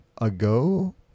ago